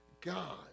God